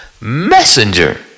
messenger